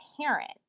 parent